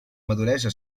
maduresa